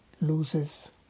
loses